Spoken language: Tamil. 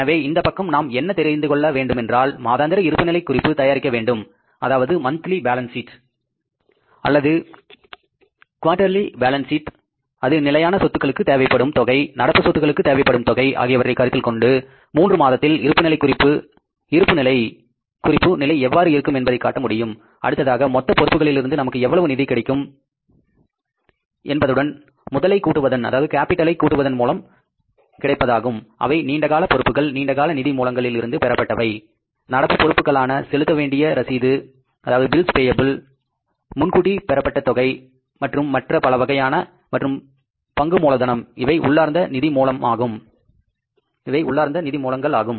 எனவே இந்தப் பக்கம் நாம் என்ன தெரிந்துகொள்ள வேண்டுமென்றால் மாதாந்திர இருப்புநிலைக் குறிப்பு தயாரிக்க வேண்டும் அல்லது காலாண்டுக்கான இருப்புநிலைக் குறிப்பை அது நிலையான சொத்துக்களுக்கு தேவைப்படும் தொகை நடப்பு சொத்துக்களுக்கு தேவைப்படும் தொகை ஆகியவற்றை கருத்தில் கொண்டு மூன்று மாதத்தில் இருப்புநிலைக் குறிப்பு நிலை எவ்வாறு இருக்கும் என்பதை காட்ட முடியும் அடுத்ததாக மொத்த பொறுப்புகளிலிருந்து நமக்கு எவ்வளவு நிதி கிடைக்கும் என்பதுடன் முதலை கூட்டுவதன் மூலம் கிடைப்பதாகும் அவை நீண்டகால பொறுப்புகள் நீண்டகால நிதி மூலங்களில் இருந்து பெறப்பட்டவை நடப்பு பொறுப்புகளான செலுத்தவேண்டிய ரசீது முன்கூட்டி பெறப்பட்ட தொகை மற்றும் மற்ற பல வகையானவை மற்றும் பங்கு மூலதனம் இது உள்ளார்ந்த நிதி மூலமாகும்